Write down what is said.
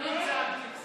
אני צעקתי כספים.